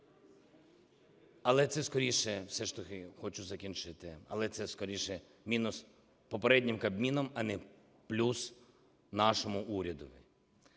Але це скоріше... Все ж таки хочу закінчити. Але це скоріше мінус – попереднім кабмінам, а не плюс – нашому урядові.